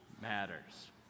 matters